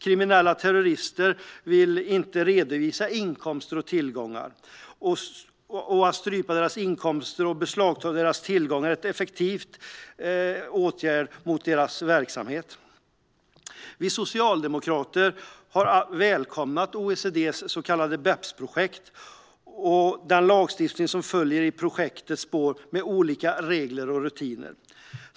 Kriminella och terrorister vill inte redovisa inkomster och tillgångar. Att strypa deras inkomster och beslagta deras tillgångar är effektiva åtgärder mot deras verksamhet. Vi socialdemokrater har välkomnat OECD:s så kallade BEPS-projekt och den lagstiftning som följt i projektets spår med olika regler och rutiner.